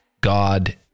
God